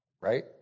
Right